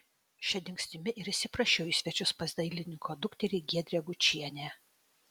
šia dingstimi ir įsiprašiau į svečius pas dailininko dukterį giedrę gučienę